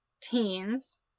teens